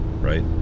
right